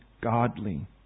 godly